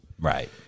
Right